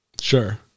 Sure